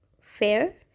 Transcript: fair